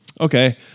okay